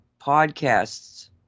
podcasts